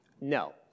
no